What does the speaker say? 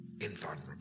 invulnerable